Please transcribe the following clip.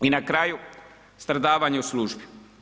I na kraju stradavanje u službi.